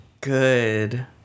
Good